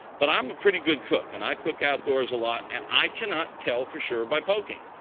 but i'm a pretty good cook. and i cook outdoors a lot. and i cannot tell for sure by poking.